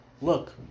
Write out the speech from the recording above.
look